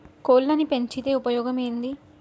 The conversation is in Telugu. కోళ్లని పెంచితే ఉపయోగం ఏంది?